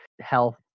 health